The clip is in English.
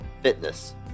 fitness